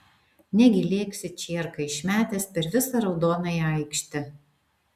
negi lėksi čierką išmetęs per visą raudonąją aikštę